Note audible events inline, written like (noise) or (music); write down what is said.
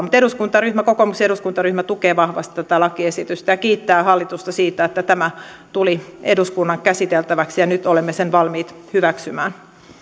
(unintelligible) mutta kokoomuksen eduskuntaryhmä tukee vahvasti tätä lakiesitystä ja kiittää hallitusta siitä että tämä tuli eduskunnan käsiteltäväksi ja nyt olemme sen valmiit hyväksymään